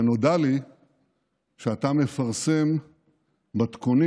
נודע לי שאתה מפרסם מתכונים